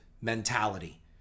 mentality